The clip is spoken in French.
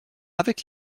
avec